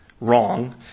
wrong